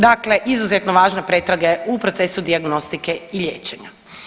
Dakle, izuzetno važne pretrage u procesu dijagnostike i liječenja.